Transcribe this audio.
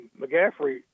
McGaffrey